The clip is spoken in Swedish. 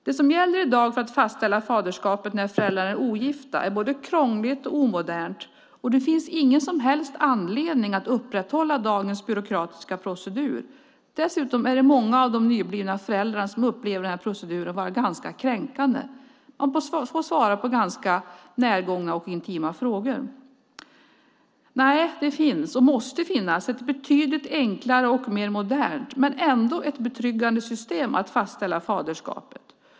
Det som gäller för att i dag fastställa faderskapet när föräldrarna är ogifta är både krångligt och omodernt, och det finns ingen som helst anledning att upprätthålla dagens byråkratiska procedur. Dessutom är det många av de nyblivna föräldrarna som upplever denna procedur vara ganska kränkande. Man får svara på ganska närgångna och intima frågor. Nej, det finns och måste finnas ett betydligt enklare och modernare men ändå betryggande system för att fastställa faderskapet.